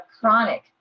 chronic